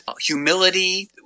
Humility